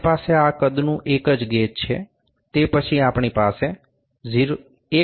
આપણી પાસે આ કદનું એક જ ગેજ છે તે પછી આપણી પાસે 1